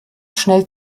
schnell